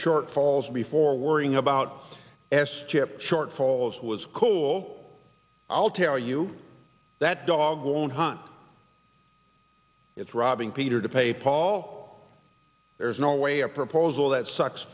shortfalls before worrying about s chip shortfalls was cool i'll tell you that dog won't hunt it's robbing peter to pay paul there's no way a proposal that sucks